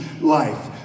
life